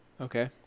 Okay